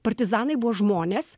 partizanai buvo žmonės